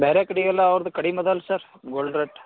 ಬೇರೆ ಕಡೆಯೆಲ್ಲ ಅವ್ರದ್ದು ಕಡಿಮೆ ಅದ ಅಲ್ಲಿ ಸರ್ ಗೋಲ್ಡ್ ರೇಟ್